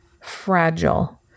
fragile